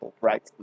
right